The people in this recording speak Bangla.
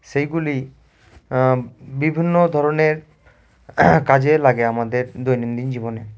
সেইগুলি বিভিন্ন ধরনের কাজে লাগে আমাদের দৈনন্দিন জীবনে